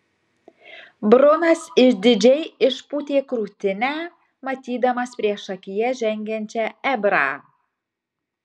brunas išdidžiai išpūtė krūtinę matydamas priešakyje žengiančią ebrą